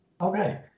Okay